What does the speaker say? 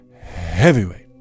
Heavyweight